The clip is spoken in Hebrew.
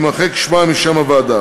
יימחק שמה משם הוועדה.